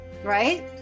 right